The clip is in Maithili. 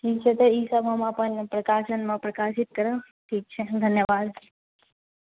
ठीक छै तऽ ईसभ अपन प्रकाशनमे प्रकाशित करब ठीक छै धन्यवाद